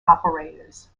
operators